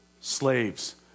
Slaves